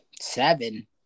seven